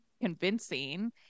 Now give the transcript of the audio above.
convincing